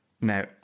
Now